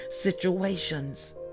situations